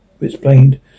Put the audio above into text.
explained